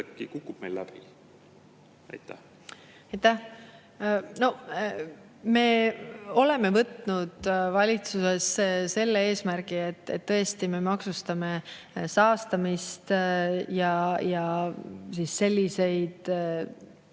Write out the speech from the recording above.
me oleme võtnud valitsuses selle eesmärgi, et tõesti me maksustame saastamist ja selliseid